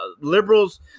liberals